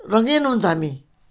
रङ्गिन हुन्छ हामी